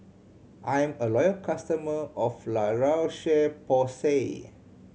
I'm a loyal customer of La Roche Porsay